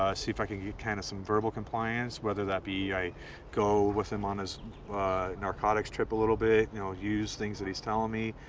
ah see if i could get kind of some verbal compliance, whether that be i go with him on his narcotics trip a little bit, you know, use things that he's telling me,